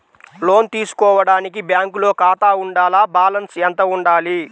లోను తీసుకోవడానికి బ్యాంకులో ఖాతా ఉండాల? బాలన్స్ ఎంత వుండాలి?